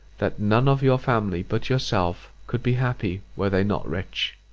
that none of your family but yourself could be happy were they not rich.